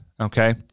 Okay